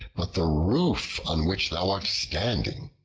but the roof on which thou art standing.